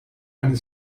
and